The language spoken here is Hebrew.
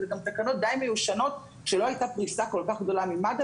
אלה גם תקנות די מיושנות כשלא הייתה פריסה כל כך גדולה ממד"א,